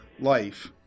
life